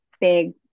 big